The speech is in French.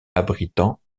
abritant